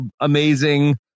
amazing